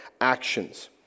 actions